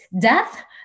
death